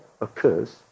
occurs